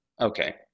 Okay